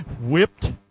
whipped